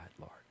Lord